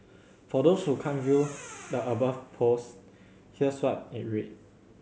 for those who can't view the above post here's what it read